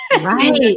right